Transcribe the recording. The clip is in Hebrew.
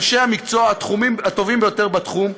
אנשי המקצוע הטובים ביותר בתחום,